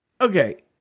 Okay